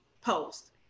post